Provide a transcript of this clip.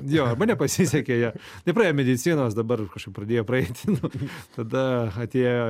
jo arba nepasisekė jo nepraėjo medicinos dabar kažkaip pradėjo praeiti nu tada atėjo